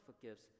forgives